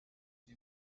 sie